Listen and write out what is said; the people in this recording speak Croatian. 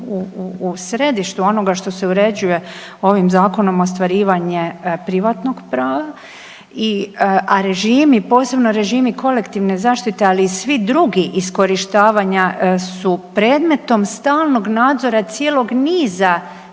u središtu onoga što se uređuje ovim zakonom, ostvarivanje privatnog prava i, a režimi, posebno režimi kolektivne zaštite, ali i svi drugi iskorištavanja su predmetom stalnog nadzora cijelog niza